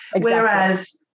Whereas